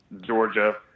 Georgia